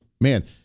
man